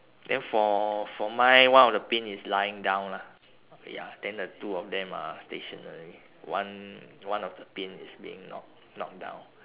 then for for mine one of the pin is lying down lah ya then the two of them are stationary one one of the pin is being knock knocked down